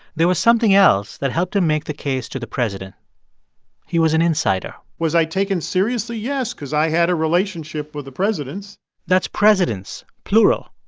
there was something else that helped him make the case to the president he was an insider was i taken seriously? yes because i had a relationship with the presidents that's presidents plural.